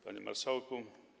Panie Marszałku!